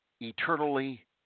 eternally